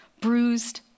bruised